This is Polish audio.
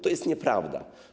To jest nieprawda.